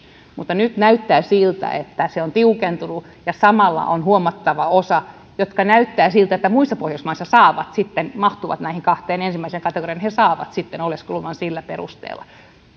mutta nyt näyttää siltä että se on tiukentunut ja samalla on huomattava osa joka näyttää muissa pohjoismaissa mahtuvan näihin kahteen ensimmäiseen kategoriaan ja he saavat sitten oleskeluluvan sillä perusteella